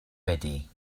ready